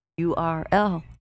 URL